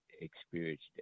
experienced